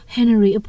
Henry